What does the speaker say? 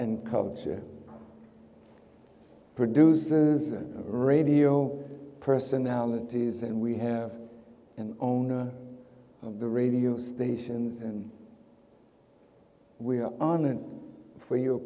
and culture producers and radio personalities and we have an owner of the radio stations and we are on and for you